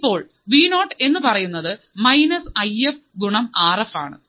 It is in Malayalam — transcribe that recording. ഇപ്പോൾ വി നോട്ട് എന്നു പറയുന്നത് മൈനസ് ഐ എഫ് ഗുണം ആർ ആർ എഫ് ആണ്